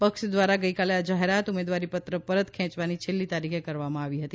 પક્ષ દ્વારા ગઇકાલે આ જાહેરાત ઉમેદવારીપત્ર પરત ખેંચવાની છેલ્લી તારીખે કરવામાં આવી હતી